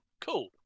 Cool